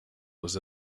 was